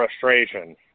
frustration